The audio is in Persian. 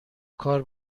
کار